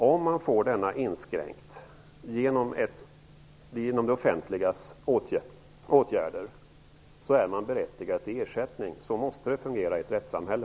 Om denna rätt inskränks genom det offentligas åtgärder är man berättigad till ersättning. Så måste det fungera i ett rättssamhälle.